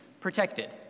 protected